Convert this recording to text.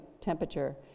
temperature